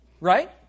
Right